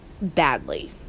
badly